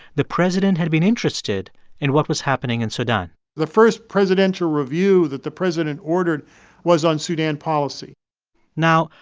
the president had been interested in what was happening in sudan the first presidential review that the president ordered was on sudan policy now,